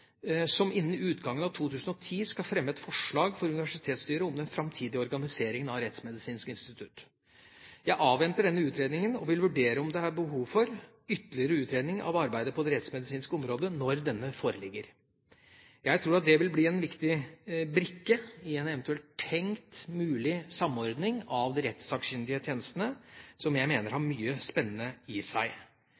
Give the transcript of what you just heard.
som innen utgangen av 2010 skal fremme et forslag for universitetsstyret om den framtidige organiseringen av Rettsmedisinsk institutt. Jeg avventer denne utredningen og vil vurdere om det er behov for ytterligere utredning av arbeidet på det rettsmedisinske området når denne foreligger. Jeg tror at det vil bli en viktig brikke i en eventuell tenkt mulig samordning av de rettssakkyndige tjenestene, som jeg mener har